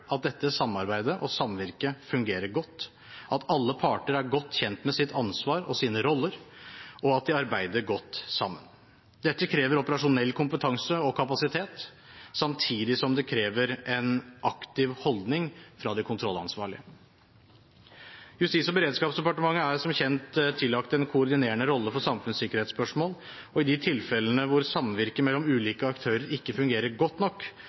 at dette samarbeidet og samvirket fungerer godt, at alle parter er godt kjent med sitt ansvar og sine roller, og at de arbeider godt sammen. Dette krever operasjonell kompetanse og kapasitet samtidig som det krever en aktiv holdning fra de kontrollansvarlige. Justis- og beredskapsdepartementet er som kjent tillagt en koordinerende rolle for samfunnssikkerhetsspørsmål, og i de tilfellene hvor samvirket mellom ulike aktører ikke fungerer godt nok,